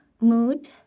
mood